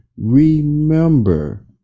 remember